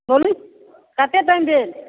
बोलु कते टाइम भेल